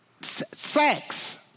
sex